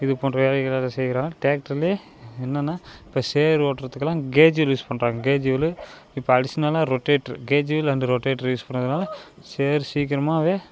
இது போன்ற வேலைகளை அதில் செய்கிறோம் டிராக்டர்லேயே என்னென்னா இப்போ சேர் ஓட்டுறதுக்குலாம் கேஜியல் யூஸ் பண்றாங்க கேஜியலு இப்போ அடிஷ்னலாக ரொட்டேட்ரு கேஜியல் அந்த ரொட்டேட்ரு யூஸ் பண்ணுறதுனால சேர் சீக்கிரமாகவே